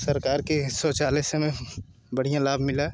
सरकार के ही शौचालय से हमें बढ़िया लाभ मिला